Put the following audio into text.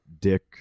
Dick